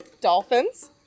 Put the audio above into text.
Dolphins